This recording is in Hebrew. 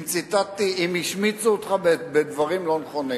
אם השמיצו אותך בדברים לא נכונים.